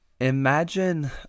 Imagine